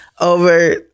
over